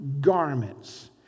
garments